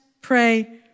pray